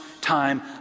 time